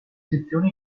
sezione